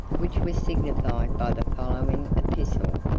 which was signified by the following epistle